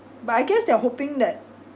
but I guess they're hoping that